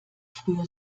früher